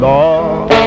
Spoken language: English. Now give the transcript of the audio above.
Lord